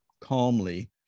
calmly